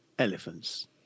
Elephants